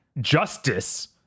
justice